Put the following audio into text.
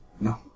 No